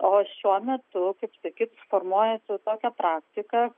o šiuo metu kaip sakyt formuojasi tokia praktika